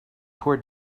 poor